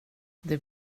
det